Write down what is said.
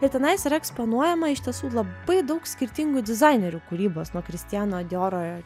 bet tenais yra eksponuojama iš tiesų labai daug skirtingų dizainerių kūrybos nuo kristiano dioro